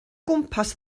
gwmpas